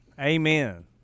Amen